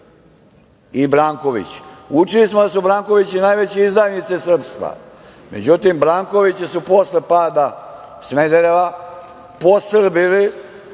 i Brankovići? Učili smo da su Brankovići najveći izdajnici srpstva. Međutim, Brankovići su posle pada Smedereva posrbili,